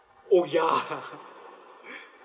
oh ya